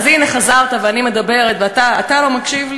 אז הנה, חזרת ואני מדברת, ואתה לא מקשיב לי.